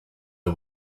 the